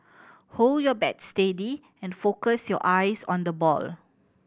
hold your bat steady and focus your eyes on the ball